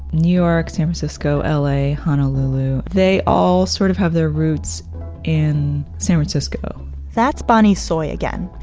new york, san francisco, l a, honolulu. they all sort of have their roots in san francisco that's bonnie tsui again.